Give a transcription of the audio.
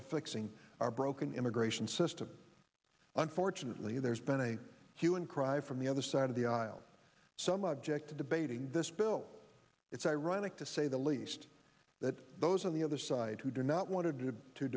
to fixing our broken immigration system unfortunately there's been a hue and cry from the other side of the aisle some object to debating this bill it's ironic to say the least that those on the other side who do not want to d